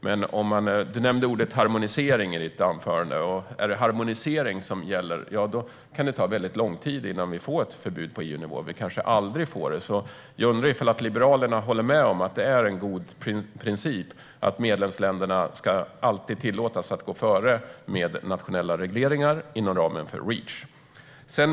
Lars Tysklind nämnde ordet harmonisering i sitt anförande. Om det är harmonisering som gäller kan det ta mycket lång tid innan vi får ett förbud på EU-nivå. Vi kanske aldrig får det. Jag undrar om Liberalerna håller med om att det är en god princip att medlemsländerna alltid ska tillåtas att gå före med nationella regleringar inom ramen för Reach?